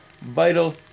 vital